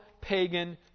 pagan